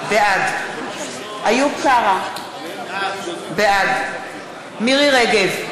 בעד איוב קרא, בעד מירי רגב,